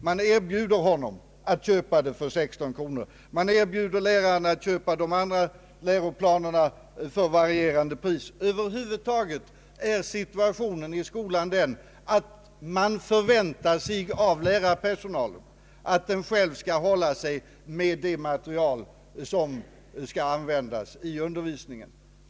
Man erbjuder honom att köpa denna del av läroplanen för 16 kronor och de andra delarna till varierande pris. Över huvud taget är situationen i skolan den att man förväntar sig av lärarpersonalen att lärarna själva skall hålla sig med det material som skall användas i undervisningen.